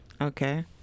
Okay